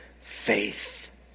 faith